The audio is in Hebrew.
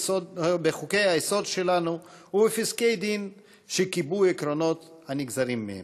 בחוקי-היסוד שלנו ובפסקי-דין שגיבו עקרונות הנגזרים מהם.